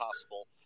possible